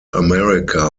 america